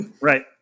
Right